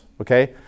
Okay